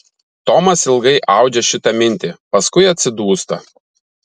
tomas ilgai audžia šitą mintį paskui atsidūsta